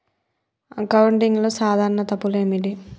అకౌంటింగ్లో సాధారణ తప్పులు ఏమిటి?